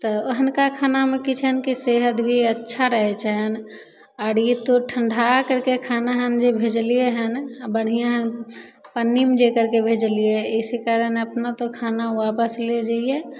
तऽ हुनका खानामे किछु एहन सेहत भी अच्छा रहै छै हँ आओर ई तो ठण्डा करिके खाना हँ जे भेजलिए हँ बढ़िआँ पन्नीमे जे करिके भेजलिए इसी कारण अपनो तऽ खाना वापस ले जाइए